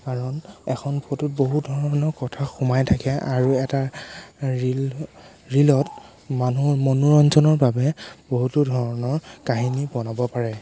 কাৰণ এখন ফটোত বহুত ধৰণৰ কথা সোমাই থাকে আৰু এটা ৰীল ৰীলত মানুহৰ মনোৰঞ্জনৰ বাবে বহুতো ধৰণৰ কাহিনী বনাব পাৰে